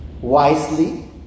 wisely